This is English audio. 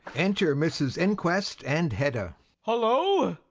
enter mrs inquest and hedda hullo,